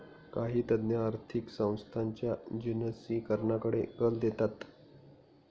काही तज्ञ आर्थिक संस्थांच्या जिनसीकरणाकडे कल देतात